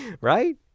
right